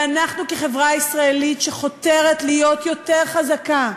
ואנחנו כחברה ישראלית שחותרת להיות יותר חזקה,